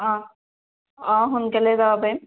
অ' অ' সোনকালে যাব পাৰিম